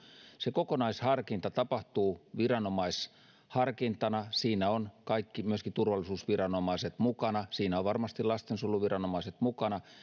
se kokonaisharkinta tapahtuu viranomaisharkintana siinä ovat kaikki mukana myöskin turvallisuusviranomaiset siinä ovat varmasti lastensuojeluviranomaiset mukana